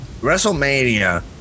WrestleMania